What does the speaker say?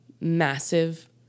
massive